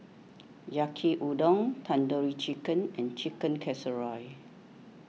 Yaki Udon Tandoori Chicken and Chicken Casserole